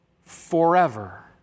forever